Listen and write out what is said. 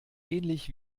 ähnlich